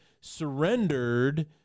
surrendered